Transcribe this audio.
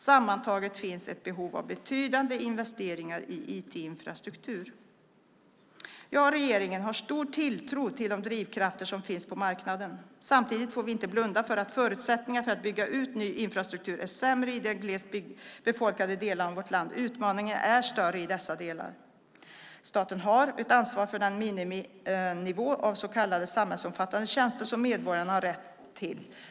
Sammantaget finns ett behov av betydande investeringar i IT-infrastruktur. Jag och regeringen har stor tilltro till de drivkrafter som finns på marknaden. Samtidigt får vi inte blunda för att förutsättningarna för att bygga ut ny infrastruktur är sämre i de glest befolkade delarna av vårt land. Utmaningen är större i dessa delar. Staten har ett ansvar för den miniminivå av så kallade samhällsomfattande tjänster som medborgarna har rätt till.